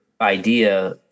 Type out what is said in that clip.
idea